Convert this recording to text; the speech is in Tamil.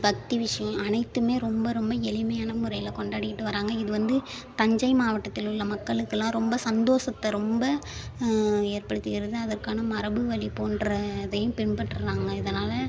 பக்தி விஷியம் அனைத்துமே ரொம்ப ரொம்ப எளிமையான முறையில் கொண்டாடிக்கிட்டு வர்றாங்க இது வந்து தஞ்சை மாவட்டத்தில் உள்ள மக்களுக்கெல்லாம் ரொம்ப சந்தோசத்தை ரொம்ப ஏற்படுத்துகிறது அதற்கான மரபு வழி போன்றதையும் பின்பற்றுகிறாங்க இதனால்